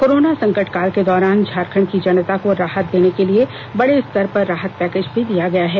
corona संकट काल के दौरान झारखंड की जनता को राहत देने के लिए बड़े स्तर पर राहत पैकेज भी दिया है